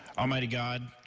almighty god,